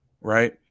right